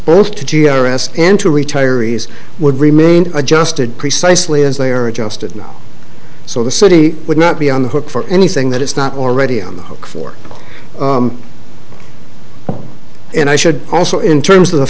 to g r s and to retirees would remain adjusted precisely as they are adjusted now so the city would not be on the hook for anything that it's not already on the hook for and i should also in terms of the